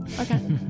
Okay